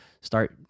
start